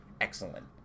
excellent